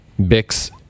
Bix